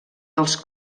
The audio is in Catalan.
dels